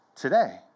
today